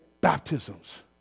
baptisms